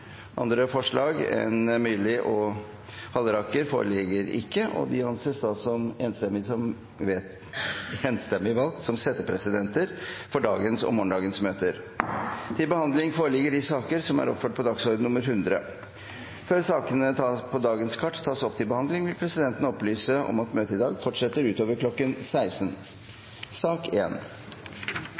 Andre forslag foreligger ikke, og Sverre Myrli og Øyvind Halleraker anses enstemmig valgt som settepresidenter for dagens og morgendagens møter. Før sakene på dagens kart tas opp til behandling, vil presidenten opplyse om at møtet i dag fortsetter utover kl. 16.